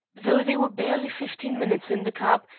though they were barely fifteen minutes in the cab,